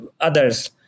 others